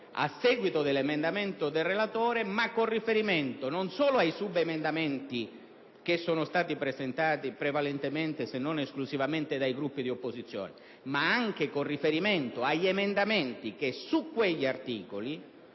a seguito dell'emendamento del relatore, con riferimento non solo ai subemendamenti che sono stati presentati prevalentemente, se non esclusivamente, dai Gruppi di opposizione, ma anche con riferimento agli emendamenti che su quegli articoli